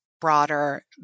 broader